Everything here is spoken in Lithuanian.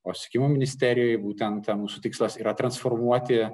o susisiekimo ministerijoje būtent mūsų tikslas yra transformuoti